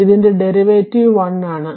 ഇതിന്റെ ഡെറിവേറ്റീവ് 1 ആണ്